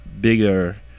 bigger